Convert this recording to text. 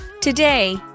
Today